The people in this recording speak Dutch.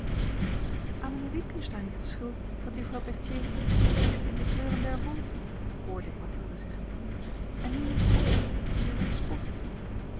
aan mijnheer witgensteyn ligt de schuld dat juffrouw berthier zich vergiste in de kleuren der wol hoorde ik mathilde zeggen en nu is hij het die er mee spot